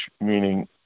meaning